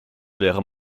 wäre